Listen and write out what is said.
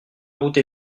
route